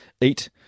eat